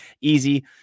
easy